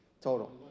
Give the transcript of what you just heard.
total